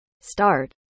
Start